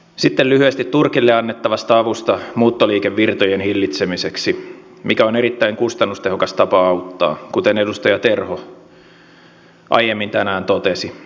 sitten lyhyesti turkille annettavasta avusta muuttoliikevirtojen hillitsemiseksi mikä on erittäin kustannustehokas tapa auttaa kuten edustaja terho aiemmin tänään totesi